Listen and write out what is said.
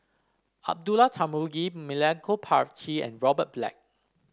Abdullah Tarmugi Milenko Prvacki and Robert Black